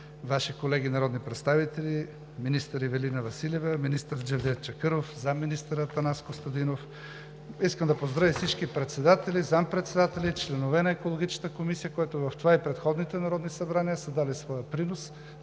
Ваши колеги народни представители, министър Ивелина Василева, министър Джевдет Чакъров, заместник-министър Атанас Костадинов! Искам да поздравя и всички председатели, заместник-председатели, членове на Екологичната комисия, които в това и в предходните народни събрания са дали своя принос